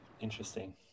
Interesting